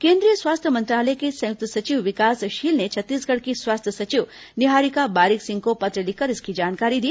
केन्द्रीय स्वास्थ्य मंत्रालय के संयुक्त सचिव विकासशील ने छत्तीसगढ़ की स्वास्थ्य सचिव निहारिका बारिक सिंह को पत्र लिखकर इसकी जानकारी दी